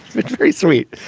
it's very sweet.